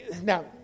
Now